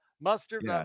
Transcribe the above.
Mustard